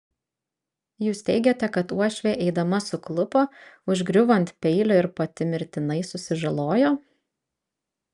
jūs teigiate kad uošvė eidama suklupo užgriuvo ant peilio ir pati mirtinai susižalojo